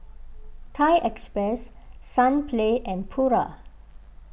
Thai Express Sunplay and Pura